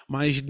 Mas